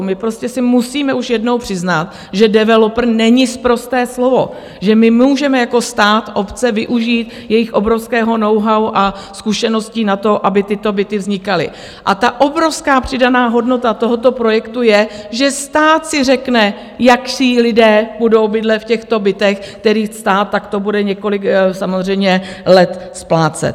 My prostě si musíme už jednou přiznat, že developer není sprosté slovo, že my můžeme jako stát, obce, využít jejich obrovského knowhow a zkušeností na to, aby tyto byty vznikaly, a obrovská přidaná hodnota tohoto projektu je, že stát si řekne, jací lidé budou bydlet v těchto bytech, které stát takto bude několik samozřejmě let splácet.